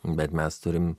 bet mes turim